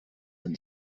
and